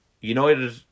United